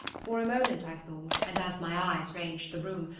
for a moment i thought, and as my eyes ranged the room,